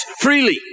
freely